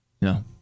No